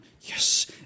Yes